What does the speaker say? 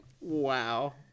Wow